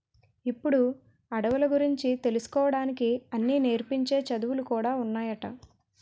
ఇప్పుడు అడవుల గురించి తెలుసుకోడానికి అన్నీ నేర్పించే చదువులు కూడా ఉన్నాయట